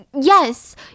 Yes